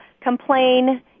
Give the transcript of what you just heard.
complain